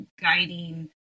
guiding